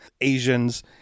Asians